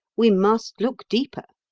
we must look deeper.